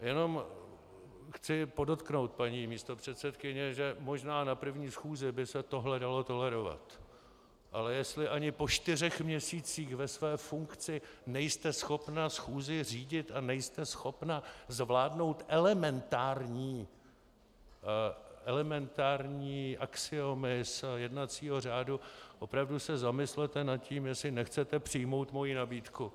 Jen chci podotknout, paní místopředsedkyně, že možná na první schůzi by se tohle dalo tolerovat, ale jestli ani po čtyřech měsících ve své funkci nejste schopna schůzi řídit a nejste schopna zvládnout elementární axiomy z jednacího řádu, opravdu se zamyslete nad tím, jestli nechcete přijmout moji nabídku.